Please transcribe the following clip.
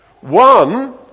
One